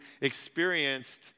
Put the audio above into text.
experienced